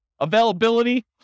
Availability